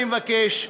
לכן אני מבקש,